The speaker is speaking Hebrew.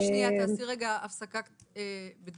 רק שנייה, תעשי הפסקה בדברייך.